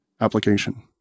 application